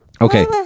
Okay